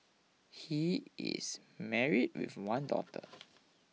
he is married with one daughter